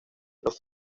los